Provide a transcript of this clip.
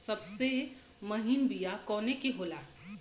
सबसे महीन बिया कवने के होला?